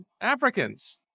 Africans